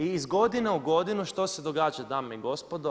I iz godine u godinu što se događa dame i gospodo?